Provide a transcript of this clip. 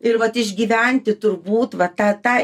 ir vat išgyventi turbūt va tą tą